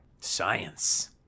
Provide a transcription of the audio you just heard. Science